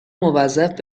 موظف